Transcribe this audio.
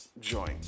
joint